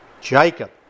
Jacob